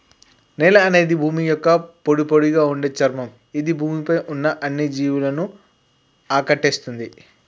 నేల అనేది భూమి యొక్క పొడిపొడిగా ఉండే చర్మం ఇది భూమి పై ఉన్న అన్ని జీవులను ఆకటేస్తుంది